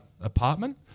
apartment